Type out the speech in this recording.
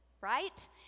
right